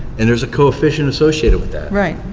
and there's a coefficient associated with that. right,